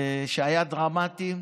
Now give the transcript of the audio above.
שהיה דרמטי.